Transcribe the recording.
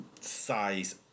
size